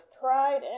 tried